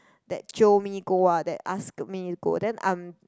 that jio me go ah that ask me go then I'm